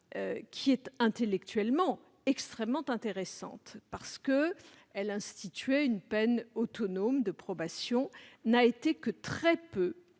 pénale, intellectuellement très intéressante en ce qu'elle instituait une peine autonome de probation, n'a été que très peu